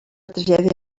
tragèdia